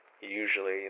usually